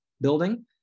building